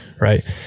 Right